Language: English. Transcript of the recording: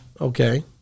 Okay